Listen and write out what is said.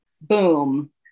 boom